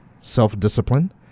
self-discipline